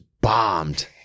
bombed